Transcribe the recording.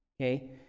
okay